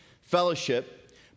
fellowship